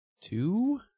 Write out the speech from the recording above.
Two